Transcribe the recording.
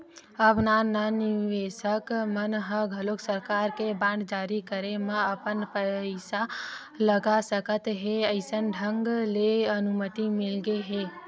अब नान नान निवेसक मन ह घलोक सरकार के बांड जारी करे म अपन पइसा लगा सकत हे अइसन ढंग ले अनुमति मिलगे हे